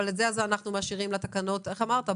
אבל את זה אנחנו משאירים לתקנות איך אמרת?